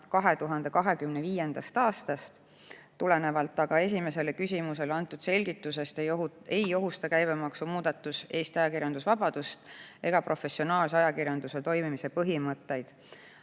2025. aastast. Tulenevalt aga esimesele küsimusele antud selgitusest ei ohusta käibemaksu muudatus Eesti ajakirjandusvabadust ega professionaalse ajakirjanduse toimimise põhimõtteid.